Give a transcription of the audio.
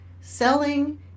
selling